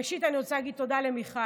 ראשית, אני רוצה להגיד תודה למיכל.